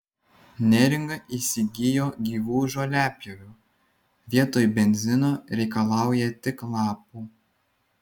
neringa įsigijo gyvų žoliapjovių vietoj benzino reikalauja tik lapų